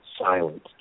silent